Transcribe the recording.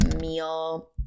meal